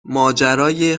ماجرای